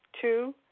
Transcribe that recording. Two